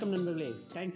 Thanks